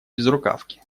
безрукавке